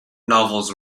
novels